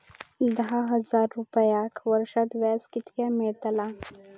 दहा हजार रुपयांक वर्षाक व्याज कितक्या मेलताला?